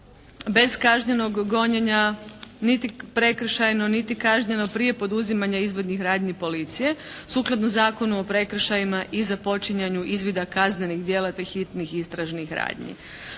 bez kažnjenog gonjenja. Niti prekršajno niti kažnjeno prije poduzimanja izvidnih radnji policije sukladno Zakonu o prekršajima i započinjanju izvida kaznenih djela te hitnih istražnih radnji.